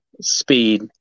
speed